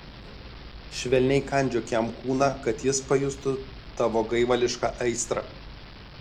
švelniai kandžiok jam kūną kad jis pajustų tavo gaivališką aistrą